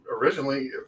originally